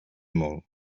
molt